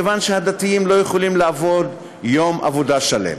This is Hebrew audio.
מכיוון שהדתיים לא יכולים לעבוד יום עבודה שלם.